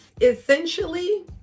essentially